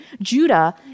Judah